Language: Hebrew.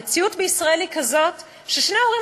המציאות בישראל היא כזאת ששני ההורים